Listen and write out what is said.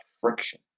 friction